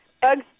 Bugs